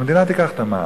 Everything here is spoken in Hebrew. המדינה תיקח את המע"מ,